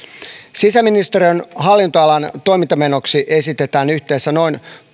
sisäministeriön hallinnonalan toimintamenoihin esitetään yhteensä noin